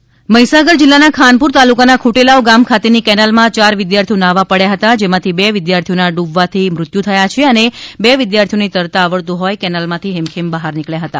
મહિસાગર કેનાલમાં મોત મહિસાગર જીલ્લાનાં ખાનપુર તાલુકાના ખુટેલાવ ગામ ખાતેની કેનાલમાં ચાર વિદ્યાર્થીઓ નહાવા પડ્યા હતા જેમાંથી બે વિદ્યાર્થીઓના ડૂબવાથી મૃત્યુ થયા છે અને બે વિદ્યાર્થીઓને તરતા આવડતું હોય કેનાલમાંથી હેમખેમ બહાર નીકબ્યા હતા